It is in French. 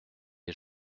les